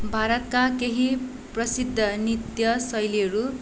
भारतका केही प्रसिद्ध नित्य शैलीहरू